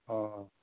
অঁ অঁ